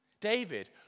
David